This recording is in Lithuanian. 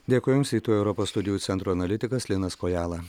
dėkui jums rytų europos studijų centro analitikas linas kojala